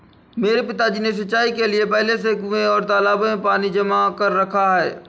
मेरे पिताजी ने सिंचाई के लिए पहले से कुंए और तालाबों में पानी जमा कर रखा है